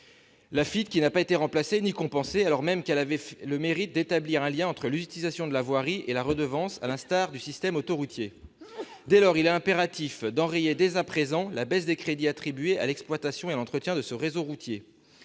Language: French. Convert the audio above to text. à l'Afitf n'a été ni remplacée ni compensée, alors même qu'elle avait le mérite d'établir un lien entre l'utilisation de la voirie et la redevance. Dès lors, il est impératif d'enrayer dès à présent la baisse des crédits affectés à l'exploitation et à l'entretien de ce réseau routier.